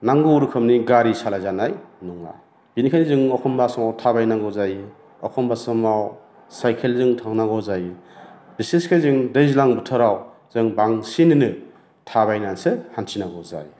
नांगौ रोखोमनि गारि सालाय जानाय नङा बेनिखायनो जों एखमबा समाव थाबायनांगौ जायो एखमबा समाव साइकेलजों थांनांगौ जायो बिसोसखि जों दैज्लां बोथोराव जों बांसिनैनो थाबायनानैसो हान्थिनांगौ जायो